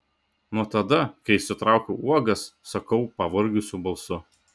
nuo tada kai išsitraukiau uogas sakau pavargusiu balsu